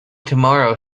tomorrow